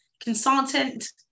consultant